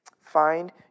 Find